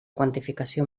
quantificació